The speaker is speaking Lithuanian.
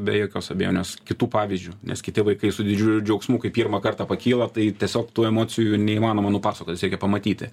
be jokios abejonės kitų pavyzdžiu nes kiti vaikai su didžiuliu džiaugsmu kai pirmą kartą pakyla tai tiesiog tų emocijų neįmanoma nupasakot jas reikia pamatyti